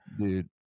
Dude